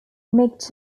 mick